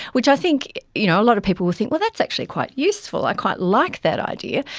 which i think you know a lot of people would think, well, that's actually quite useful, i quite like that idea.